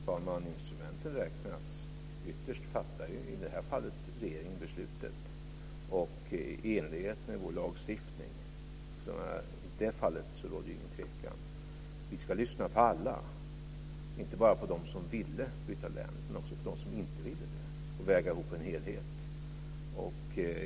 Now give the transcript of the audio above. Fru talman! Instrumenten räknas. Ytterst fattar i det här fallet regeringen beslutet i enlighet med vår lagstiftning. I det här fallet råder inget tvivel. Vi ska lyssna på alla, inte bara på dem som vill byta län utan också på dem som inte vill det. Sedan ska en helhet vägas ihop.